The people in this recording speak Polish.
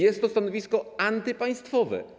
Jest to stanowisko antypaństwowe.